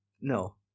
no